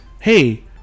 hey